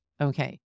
Okay